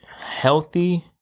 healthy